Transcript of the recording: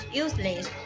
useless